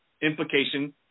implication